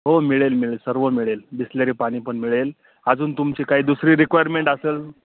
हो मिळेल मिळेल सर्व मिळेल बिसलेरी पाणी पण मिळेल अजून तुमची काही दुसरी रिक्वायरमेंट असंल